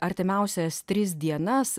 artimiausias tris dienas